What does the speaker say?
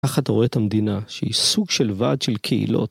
כך אתה רואה את המדינה שהיא סוג של ועד של קהילות.